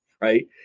Right